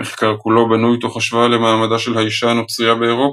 המחקר כולו בנוי תוך השוואה למעמדה של האישה הנוצרייה באירופה,